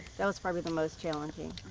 that was probably the most challenging.